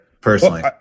personally